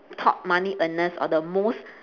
top money earners or the most